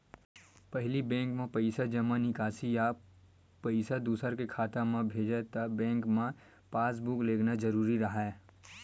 पहिली बेंक म पइसा जमा, निकासी या पइसा दूसर के खाता म भेजथे त बेंक म पासबूक लेगना जरूरी राहय